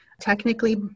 Technically